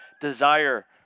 desire